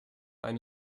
eine